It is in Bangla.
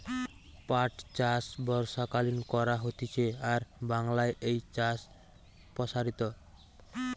পাট চাষ বর্ষাকালীন করা হতিছে আর বাংলায় এই চাষ প্সারিত